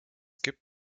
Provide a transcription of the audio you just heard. gibt